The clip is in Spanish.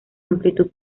amplitud